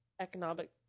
economic